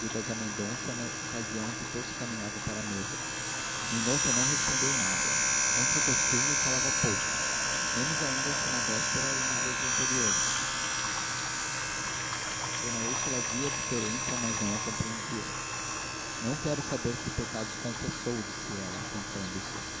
na ocasião em que todos caminhavam para a mesa mendonça não respondeu nada contra o costume falava pouco menos ainda que na véspera e nos dias anteriores d úrsula via a diferença mas não a compreendia não quero saber que pecados confessou disse ela sentando-se